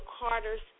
Carter's